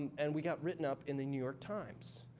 and we got written up in the new york times,